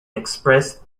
express